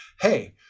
hey